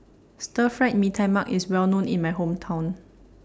Stir Fried Mee Tai Mak IS Well known in My Hometown